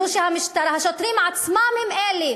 השוטרים עצמם הם אלה